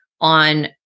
on